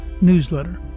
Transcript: newsletter